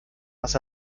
was